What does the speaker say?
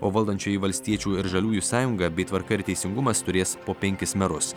o valdančioji valstiečių ir žaliųjų sąjunga bei tvarka ir teisingumas turės po penkis merus